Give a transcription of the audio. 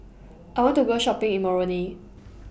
I want to Go Shopping in Moroni